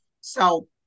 So-